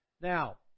Now